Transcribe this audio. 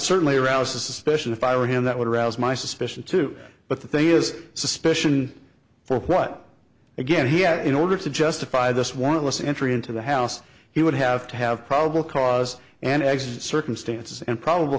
certainly arouse suspicion if i were him that would arouse my suspicion too but the thing is suspicion for what again he had in order to justify this warrantless entry into the house he would have to have probable cause and exit circumstances and probable